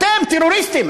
אתם טרוריסטים.